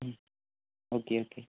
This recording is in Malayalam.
മ് ഓക്കെ ഓക്കേ